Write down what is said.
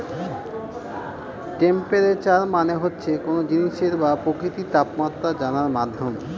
temperature মানে হচ্ছে কোনো জিনিসের বা প্রকৃতির তাপমাত্রা জানার মাধ্যম